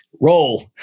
roll